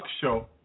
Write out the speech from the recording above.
show